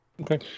Okay